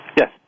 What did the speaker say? Yes